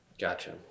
Gotcha